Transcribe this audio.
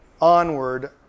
onward